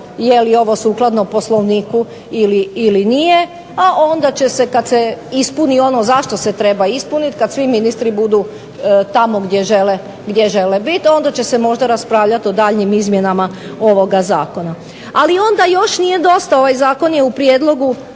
je li ovo sukladno Poslovniku ili nije, a onda će se kad se ispuni ono zašto se treba ispuniti, kad svi ministri budu tamo gdje žele biti, onda će se možda raspravljati o daljnjim izmjenama ovoga zakona. Ali onda još nije dosta, ovaj zakon je u prijedlogu